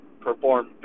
perform